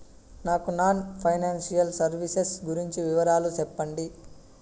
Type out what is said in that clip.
నాకు non financial services గురించి వివరాలు సెప్పండి?